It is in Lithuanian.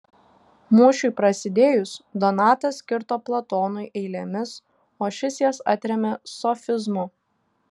mūšiui prasidėjus donatas kirto platonui eilėmis o šis jas atrėmė sofizmu